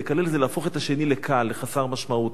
"מקלל" זה להפוך את השני לקל, לחסר משמעות.